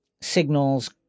signals